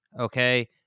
Okay